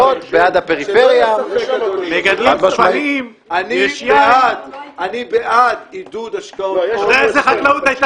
שלא יהיה ספק אדוני - אני בעד עידוד השקעות הון בחקלאות.